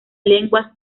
lenguas